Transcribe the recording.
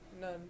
none